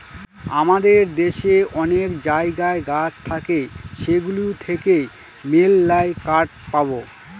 আমাদের দেশে অনেক জায়গায় গাছ থাকে সেগুলো থেকে মেললাই কাঠ পাবো